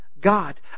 God